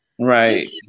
Right